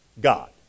God